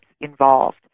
involved